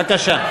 בבקשה.